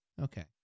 Okay